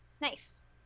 Nice